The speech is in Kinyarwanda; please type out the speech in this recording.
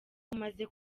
umaze